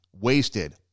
wasted